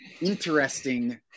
interesting